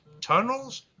tunnels